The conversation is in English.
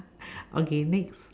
okay next